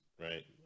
right